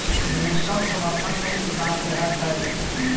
न्यूनतम समर्थन मूल्य किसान के हक हइ